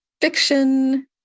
fiction